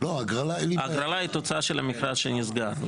ההגרלה היא תוצאה של המכרז שנסגר.